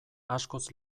askoz